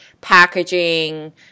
packaging